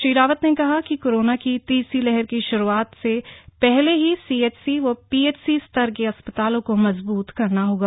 श्री रावत ने कहा कि कोरोना की तीसरी लहर की शुरुआत से पहले ही सीएचसी व पीएचसी स्तर के अस्पतालों को मजबूत करना होगा